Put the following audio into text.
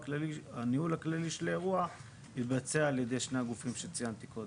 הניהול הכללי של האירוע יתבצע על ידי שני הגופים שציינתי קודם.